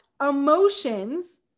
emotions